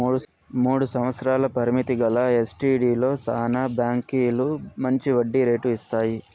మూడు సంవత్సరాల పరిమితి గల ఎస్టీడీలో శానా బాంకీలు మంచి వడ్డీ రేటు ఇస్తాయి